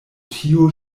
tio